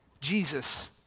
Jesus